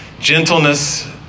gentleness